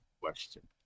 question